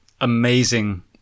amazing